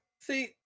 See